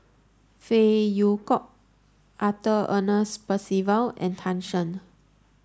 Phey Yew Kok Arthur Ernest Percival and Tan Shen